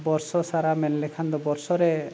ᱵᱚᱪᱷᱚᱨ ᱥᱟᱨᱟ ᱢᱮᱱ ᱞᱮᱠᱷᱟᱱ ᱫᱚ ᱵᱚᱪᱷᱚᱨ ᱨᱮ